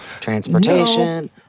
transportation